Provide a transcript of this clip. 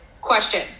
Question